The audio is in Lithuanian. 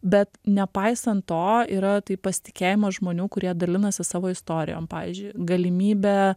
bet nepaisant to yra tai pasitikėjimas žmonių kurie dalinasi savo istorijom pavyzdžiui galimybė